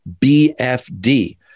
BFD